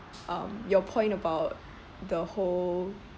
um your point about the whole